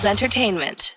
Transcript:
Entertainment